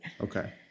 okay